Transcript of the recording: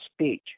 speech